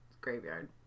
graveyard